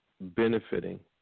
benefiting